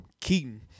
Keaton